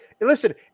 listen